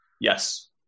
Yes